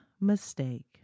mistake